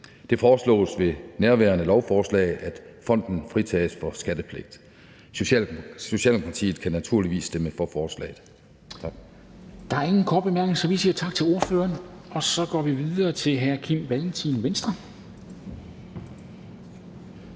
Det foreslås ved nærværende lovforslag, at Fonden fritages for skattepligt. Socialdemokratiet kan naturligvis stemme for lovforslaget. Tak. Kl. 11:18 Formanden (Henrik Dam Kristensen): Der er ingen korte bemærkninger, så vi siger tak til ordføreren. Og så går vi videre til hr. Kim Valentin, Venstre.